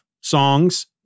songs